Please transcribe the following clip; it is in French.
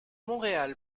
montréal